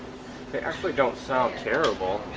they actually don't sound terrible